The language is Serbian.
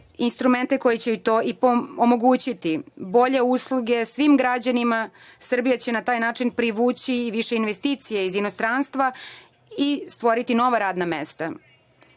instrumente koji će joj to i omogućiti. Bolje usluge svim građanima Srbije će na taj način privući više investicija iz inostranstva i stvoriti nova radna mesta. Sada